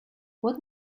what